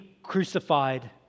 crucified